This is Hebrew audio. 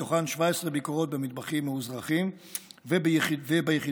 מתוכן 17 ביקורות במטבחים מאוזרחים וביחידות.